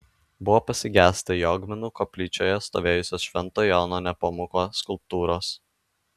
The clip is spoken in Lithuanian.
buvo pasigesta jogminų koplyčioje stovėjusios švento jono nepomuko skulptūros